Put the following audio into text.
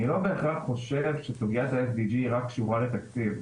אני לא בהכרח חושב שסוגיית ה-SDG קשורה רק לתקציב.